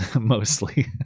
mostly